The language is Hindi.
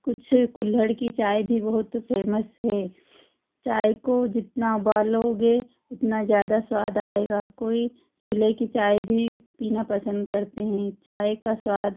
कुछ कुल्ल्हड़ की चाय भी बहुत फेमस है चाय को जितना उबालोगे उतना ज़्यादा स्वाद आएगा कोई चूल्हे की चाय भी पीना पसंद करते हैं चाय का स्वाद